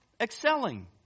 excelling